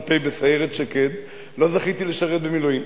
סמ"פ בסיירת שקד, לא זכיתי לשרת במילואים.